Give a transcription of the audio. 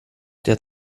der